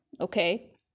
okay